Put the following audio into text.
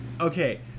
okay